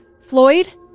Floyd